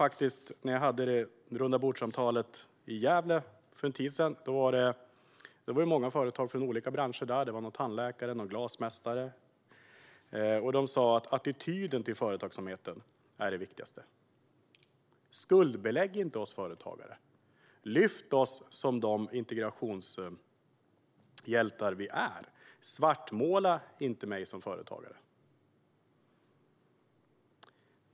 Vid rundabordssamtalet i Gävle för en tid sedan var många företagare från olika branscher där - det var någon tandläkare, och det var någon glasmästare. De sa att attityden till företagsamheten är det viktigaste: "Skuldbelägg inte oss företagare! Lyft oss som de integrationshjältar vi är! Svartmåla inte mig som företagare!"